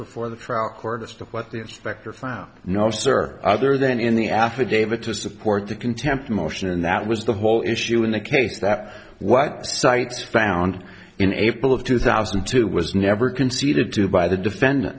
before the court as to what the inspector found no sir other than in the affidavit to support the contempt motion and that was the whole issue in the case that what sites found in april of two thousand and two was never conceded to by the defendant